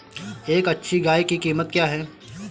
एक अच्छी गाय की कीमत क्या है?